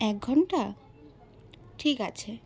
এক ঘণ্টা ঠিক আছে